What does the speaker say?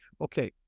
Okay